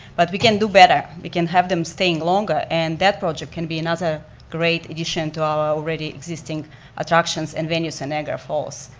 but we can do better, we can have them staying longer and that project can be another great addition to our already existing attractions and venues in niagara falls.